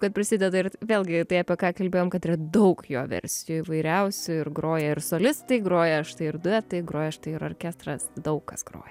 kad prisideda ir vėlgi tai apie ką kalbėjom kad yra daug jo versijų įvairiausių ir groja ir solistai groja štai ir duetai groja štai ir orkestras daug kas groja